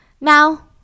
now